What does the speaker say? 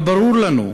אבל ברור לנו,